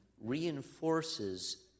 reinforces